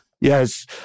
Yes